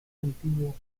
antiguo